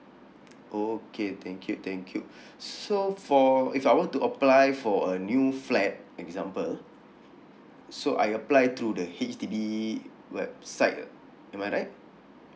oh okay thank you thank you so for if I want to apply for a new flat example so I apply through the H_D_B website am I right